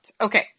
Okay